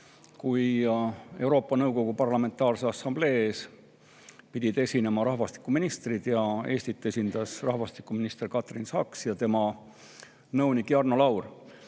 kui Euroopa Nõukogu Parlamentaarse Assamblee ees pidid esinema rahvastikuministrid ja Eestit esindas rahvastikuminister Katrin Saks ja tema nõunik Jarno Laur.